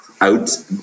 out